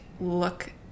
look